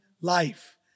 life